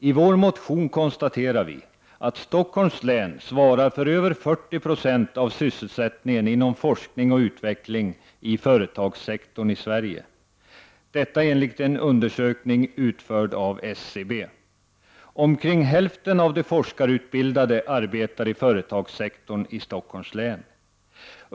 I vår motion konstaterar vi att Stockholms län svarar för över 40 96 av sysselsättningen inom forskning och utveckling i företagssektorn i Sverige, enligt en undersökning utförd av SCB. Omkring hälften av de forskarutbildade arbetar i företagssektorn i Stockholms län.